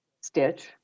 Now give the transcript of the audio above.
stitch